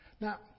now